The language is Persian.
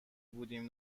بودیم